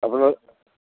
আপনারা